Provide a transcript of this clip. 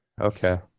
Okay